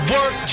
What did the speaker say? Work